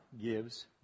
gives